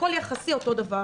הכול יחסי אותו הדבר.